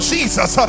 Jesus